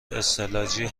استعلاجی